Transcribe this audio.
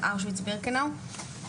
את אושוויץ-בירקנאו.